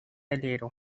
alero